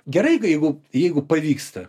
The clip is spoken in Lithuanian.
gerai jeigu jeigu pavyksta